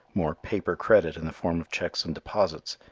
more paper credit in the form of checks and deposits,